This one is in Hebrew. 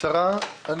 תודה רבה.